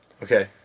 Okay